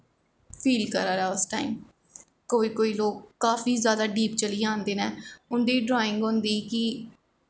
feel करा दा ऐ उस टाईम कोई कोई लोग काफी जादा डीप चली जंदे न उं'दी ड्राईंग होंदी कि